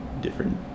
different